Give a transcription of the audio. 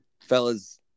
Fellas